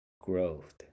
growth